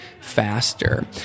faster